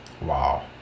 Wow